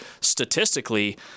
statistically